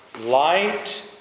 light